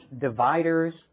dividers